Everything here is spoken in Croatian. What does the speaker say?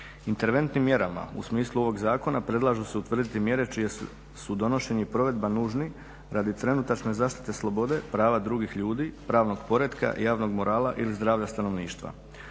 Interventnim mjerama u smislu ovog zakona predlaže se utvrditi mjere čije su donošenje i provedba nužni radi trenutačne zaštite slobode, prava drugih ljudi, pravnog poretka, javnog morala ili zdravlja stanovništva.